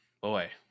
Boy